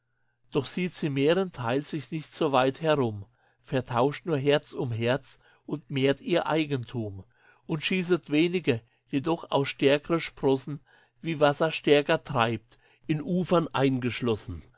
doch sieht sie mehrenteils sich nicht soweit herum vertauscht nur herz um herz und mehrt ihr eigentum und schießet wenige jedoch auch stärkre sprossen wie wasser stärker treibt in ufer eingeschlossen